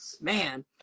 man